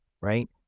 right